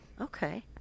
okay